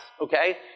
okay